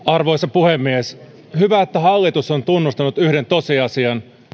arvoisa puhemies hyvä että hallitus on tunnustanut yhden tosiasian